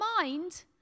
mind